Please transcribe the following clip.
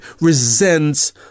resents